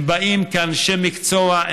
הם באים כאנשי מקצוע,